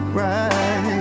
right